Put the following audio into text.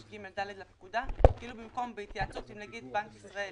135ג(ד) לפקודה כאילו במקום 'בהתייעצות עם נגיד בנק ישראל,